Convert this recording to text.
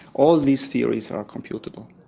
all these theories are computable.